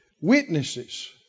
witnesses